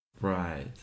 Right